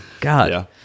God